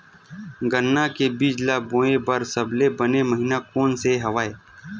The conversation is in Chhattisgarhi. गन्ना के बीज ल बोय बर सबले बने महिना कोन से हवय?